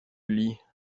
lit